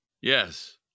Yes